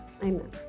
amen